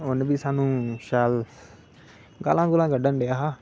उनें बी सानू शैल गाह्लां गूलां कड्ढन डेआ ही